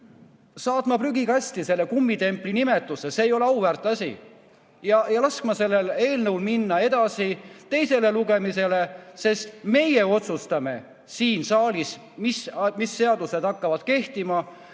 saatma prügikasti selle kummitempli nimetuse, see ei ole auväärt asi, ja laskma sellel eelnõul minna edasi teisele lugemisele, sest meie otsustame siin saalis, mis seadused hakkavad kehtima,